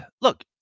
look